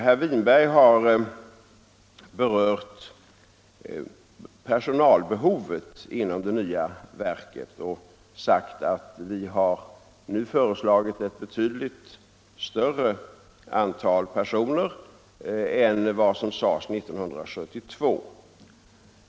Herr Winberg har berört personalbehovet inom det nya verket och sagt att vi har nu föreslagit ett betydligt större antal personer än vad som nämndes 1972.